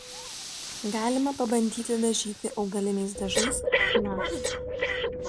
galima pabandyti dažyti augaliniais dažais chna